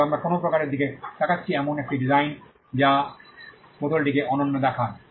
তবে আমরা কোনও প্রকারের দিকে তাকাচ্ছি এমন একটি ডিসাইন যা বোতলটিকে অনন্য দেখায়